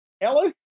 Ellis